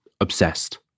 obsessed